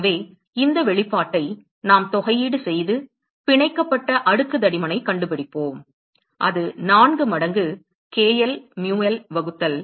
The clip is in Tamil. எனவே இந்த வெளிப்பாட்டை நாம் தொகையீடு செய்து பிணைக்கப்பட்ட அடுக்கு தடிமனைக் கண்டுபிடிப்போம் அது 4 மடங்கு k l mu l வகுத்தல்